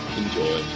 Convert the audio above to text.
enjoy